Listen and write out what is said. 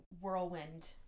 whirlwind